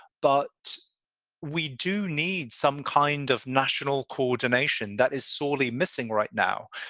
but we do need some kind of national coordination that is sorely missing right now.